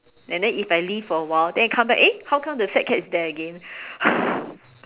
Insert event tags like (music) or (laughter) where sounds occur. and then if I leave for a while then it come back eh how come the fat cat is there again (breath)